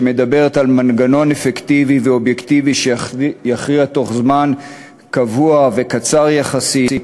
שמדברת על מנגנון אפקטיבי ואובייקטיבי שיכריע תוך זמן קבוע וקצר יחסית,